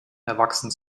erwachsen